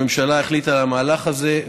הממשלה החליטה על המהלך הזה,